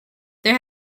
there